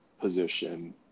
position